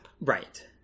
right